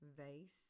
Vase